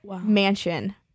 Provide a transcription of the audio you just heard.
mansion